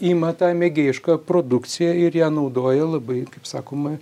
ima tą mėgėjišką produkciją ir ją naudoja labai kaip sakoma